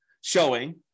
showing